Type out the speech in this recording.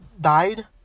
died